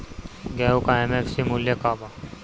गेहू का एम.एफ.सी मूल्य का बा?